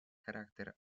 характер